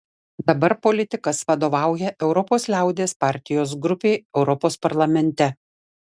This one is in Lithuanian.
dabar politikas vadovauja europos liaudies partijos grupei europos parlamente